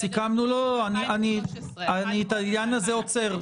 2014-2013. את העניין הזה אני עוצר.